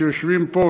שיושבים פה,